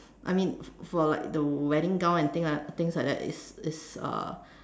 I mean f~ for like the wedding gown and thing uh things like that is is uh